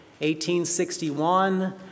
1861